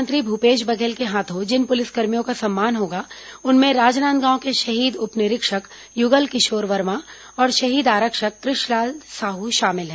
मुख्यमंत्री भूपेश बघेल के हाथों जिन पुलिसकर्मियों का सम्मान होगा उनमें राजनांदगांव के शहीद उप निरीक्षक युगल किशोर वर्मा और शहीद आरक्षक कृषलाल साहू शामिल हैं